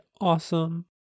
awesome